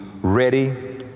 ready